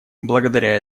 благодаря